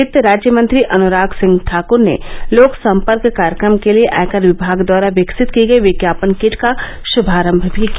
वित्त राज्यमंत्री अनुराग सिंह ठाकर ने लोक सम्पर्क कार्यक्रम के लिए आयकर विभाग द्वारा विकसित की गई विज्ञापन किट का शभारम्भ मी किया